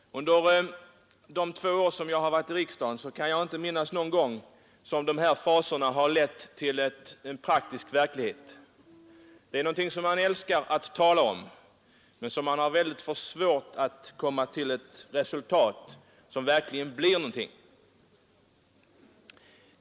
Under de två år som jag har varit i riksdagen kan jag inte minnas någon gång som de här fraserna har lett till en praktisk verklighet. Det är någonting som man älskar att tala om, men man har väldigt svårt att komma till ett resultat som verkligen blir någonting.